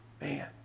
man